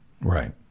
Right